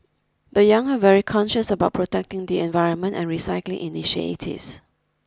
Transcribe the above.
the young are very conscious about protecting the environment and recycling initiatives